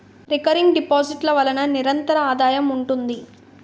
recurring deposit ల వలన నిరంతర ఆదాయం ఉంటుంది